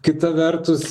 kita vertus